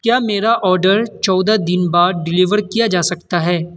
کیا میرا آڈر چودہ دن بعد ڈیلیور کیا جا سکتا ہے